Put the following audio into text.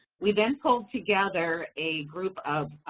we then pulled together a group of